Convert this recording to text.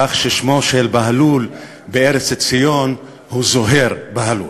כך ששמו של בהלול בארץ ציון הוא זוהֵיר בהלול.